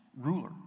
ruler